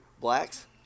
blacks